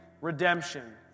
redemption